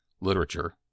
literature